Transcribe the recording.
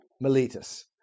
Miletus